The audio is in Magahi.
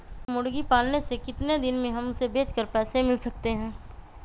मुर्गी पालने से कितने दिन में हमें उसे बेचकर पैसे मिल सकते हैं?